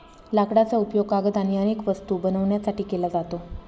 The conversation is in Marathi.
लाकडाचा उपयोग कागद आणि अनेक वस्तू बनवण्यासाठी केला जातो